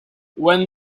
when